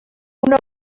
una